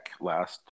last